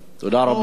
תודה רבה.